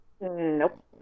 Nope